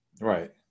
Right